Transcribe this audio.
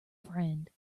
friend